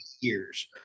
years